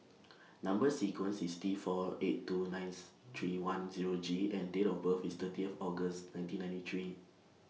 Number sequence IS T four eight two nines three one Zero G and Date of birth IS thirtieth August nineteen ninety three